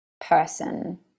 person